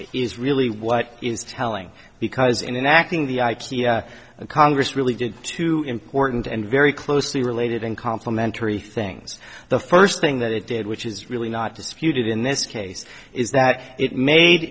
is really what is telling because in acting the congress really did two important and very closely related and complimentary things the first thing that it did which is really not disputed in this case is that it made